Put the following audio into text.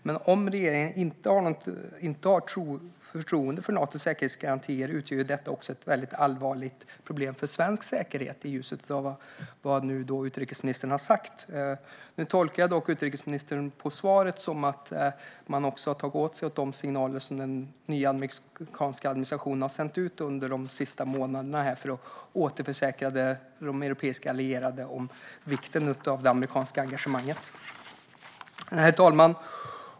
Men om regeringen inte har förtroende för Natos säkerhetsgarantier utgör det ett allvarligt problem också för svensk säkerhet, i ljuset av vad utrikesministern har sagt. Jag tolkar dock utrikesministerns svar som att man har tagit till sig de signaler som den nya amerikanska administrationen har sänt ut under de senaste månaderna för att återförsäkra de europeiska allierade om vikten av det amerikanska engagemanget. Herr talman!